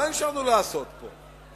מה נשאר לנו לעשות פה?